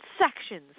sections